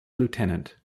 lieutenant